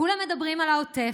כולם מדברים על העוטף,